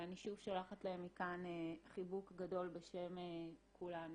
ואני שוב שולחת להם מכאן חיבוק גדול בשם כולנו.